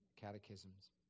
catechisms